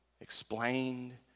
explained